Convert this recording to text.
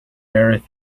earth